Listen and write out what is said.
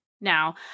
now